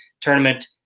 tournament